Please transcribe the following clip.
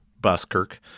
Buskirk